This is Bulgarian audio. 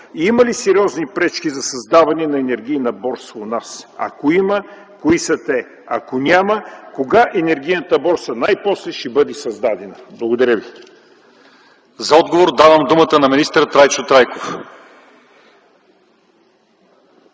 има ли сериозни пречки за създаване на енергийна борса у нас? Ако има, кои са те; ако няма, кога енергийната борса най-после ще бъде създадена? Благодаря Ви. ПРЕДСЕДАТЕЛ ЛЪЧЕЗАР ИВАНОВ : За отговор давам думата на министър Трайчо Трайков.